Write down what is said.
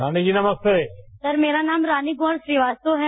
रानीजी नमस्ते सर मेरा नाम रानी गौड़ श्रीवास्तव है